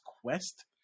Quest